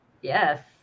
yes